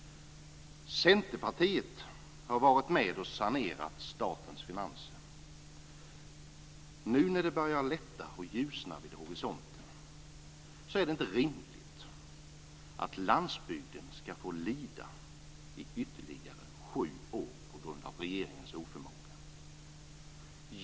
Centerpartiet har varit med och sanerat statens finanser. Nu när det börjar lätta och ljusna vid horisonten är det inte rimligt att landsbygden ska behöva lida i ytterligare sju år på grund av regeringens oförmåga.